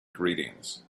greetings